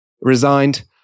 resigned